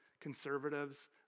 conservatives